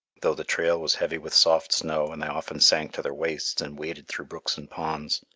though the trail was heavy with soft snow and they often sank to their waists and waded through brooks and ponds.